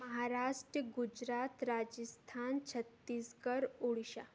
Maharashtra Gujarat Rajasthan Chhattisgarh Orissa